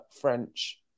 French